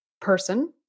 person